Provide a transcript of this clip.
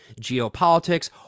geopolitics